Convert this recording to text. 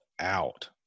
out